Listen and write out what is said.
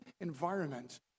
environment